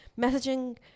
messaging